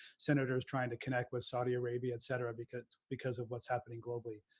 senators trying to connect with saudi arabia etc. because because of what's happening globally